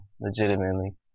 legitimately